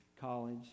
college